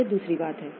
तो यह दूसरी बात है